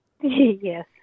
Yes